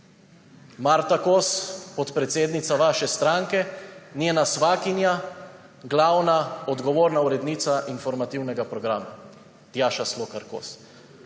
Marta Kos, podpredsednica vaše stranke – njena svakinja je glavna, odgovorna urednica informativnega programa Tjaša Slokar Kos.